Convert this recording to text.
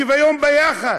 שוויון ביחס.